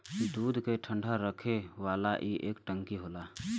दूध के ठंडा रखे वाला ई एक टंकी होला